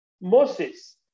Moses